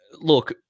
look